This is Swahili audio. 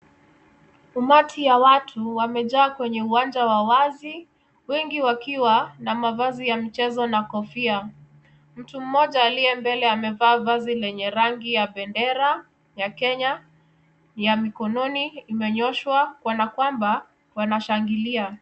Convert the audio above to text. Umati wa watu wamejaa kwenye uwanja wa wazi, wengi wakiwa na mavazi ya mchezo na kofia. Mtu mmoja aliye mbele amevaa mavazi yenye rangi ya bendera ya Kenya ya mikononi imenyoshwa kanakwamba wanashangilia.